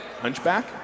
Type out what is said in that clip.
Hunchback